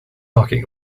talking